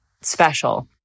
special